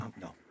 no